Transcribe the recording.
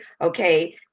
okay